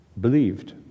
believed